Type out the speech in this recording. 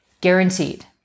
Guaranteed